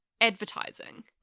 Advertising